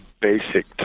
basic